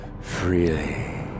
freely